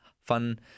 fun